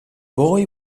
boy